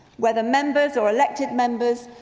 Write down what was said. whether members ore collected members,